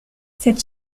cette